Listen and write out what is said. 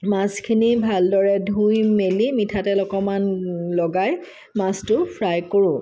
মাছখিনি ভালদৰে ধুই মেলি মিঠাতেল অকণমান লগাই মাছটো ফ্ৰাই কৰোঁ